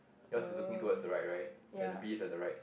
yours is looking towards the right right and the bees at the right